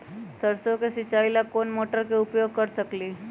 सरसों के सिचाई ला कोंन मोटर के उपयोग कर सकली ह?